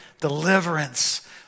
deliverance